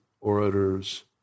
orator's